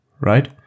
right